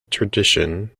tradition